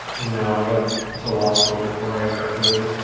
no, i got to law school before i graduated.